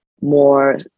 more